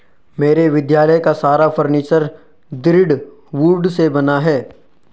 मेरे विद्यालय का सारा फर्नीचर दृढ़ वुड से बना है